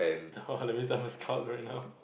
that means I must scout right now